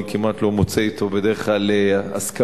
אני כמעט לא מוצא אתו בדרך כלל הסכמות.